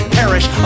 perish